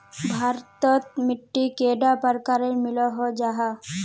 भारत तोत मिट्टी कैडा प्रकारेर मिलोहो जाहा?